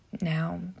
now